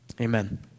amen